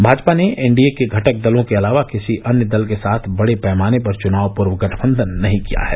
भाजपा ने एनडीए के घटक दलों के अलावा किसी अन्य दल के साथ बड़े पैमाने पर चुनाव पूर्व गठबंधन नही किया है